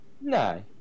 No